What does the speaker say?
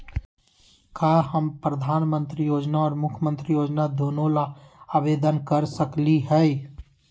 का हम प्रधानमंत्री योजना और मुख्यमंत्री योजना दोनों ला आवेदन कर सकली हई?